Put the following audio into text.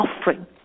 offering